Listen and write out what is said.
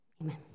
Amen